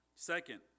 Second